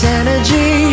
energy